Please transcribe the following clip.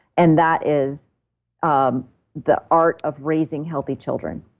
and that is um the art of raising healthy children.